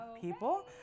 people